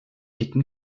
dicken